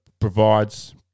provides